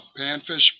panfish